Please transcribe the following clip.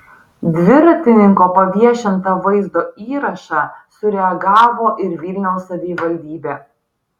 dviratininko paviešintą vaizdo įrašą sureagavo ir vilniaus savivaldybė